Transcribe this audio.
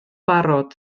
barod